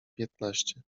piętnaście